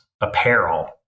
apparel